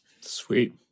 Sweet